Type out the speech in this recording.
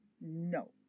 No